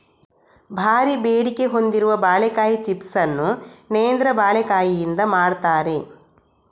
ಭಾರೀ ಬೇಡಿಕೆ ಹೊಂದಿರುವ ಬಾಳೆಕಾಯಿ ಚಿಪ್ಸ್ ಅನ್ನು ನೇಂದ್ರ ಬಾಳೆಕಾಯಿಯಿಂದ ಮಾಡ್ತಾರೆ